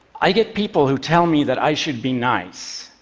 i get people who tell me that i should be nice.